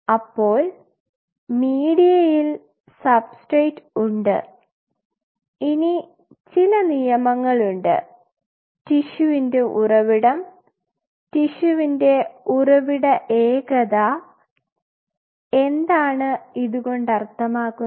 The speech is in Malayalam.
അപ്പോൾ മീഡിയത്തിൽ സബ്സ്ട്രേറ്റ് ഉണ്ട് ഇനി ചില നിയമങ്ങൾ ഉണ്ട് ടിഷ്യുവിന്റെ ഉറവിടം ടിഷ്യുവിന്റെ ഉറവിട ഏകത എന്താണ് ഇതുകൊണ്ട് അർത്ഥമാക്കുന്നത്